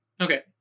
Okay